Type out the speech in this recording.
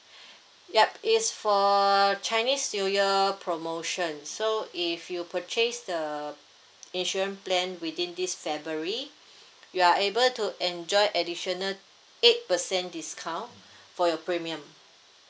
yup it's for err chinese new year promotion so if you purchase the insurance plan within this february you are able to enjoy additional eight percent discount for your premium